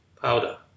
powder